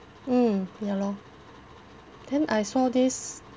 mm ya lor then I saw this